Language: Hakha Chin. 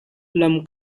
lam